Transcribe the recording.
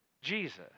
Jesus